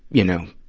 you know,